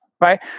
right